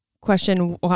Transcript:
question